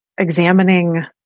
examining